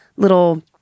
little